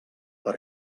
per